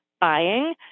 buying